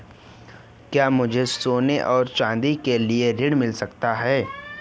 क्या मुझे सोने और चाँदी के लिए ऋण मिल सकता है?